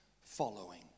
following